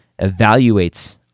evaluates